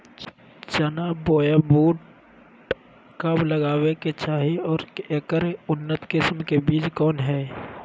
चना बोया बुट कब लगावे के चाही और ऐकर उन्नत किस्म के बिज कौन है?